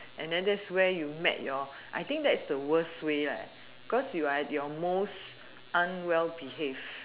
and then that's where you met your I think that's the worst way right cause you are at your most unwell behaved